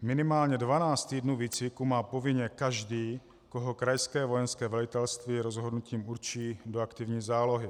Minimálně dvanáct týdnů výcviku má povinně každý, koho krajské vojenské velitelství rozhodnutím určí do aktivní zálohy.